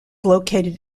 located